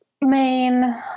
main